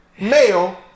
male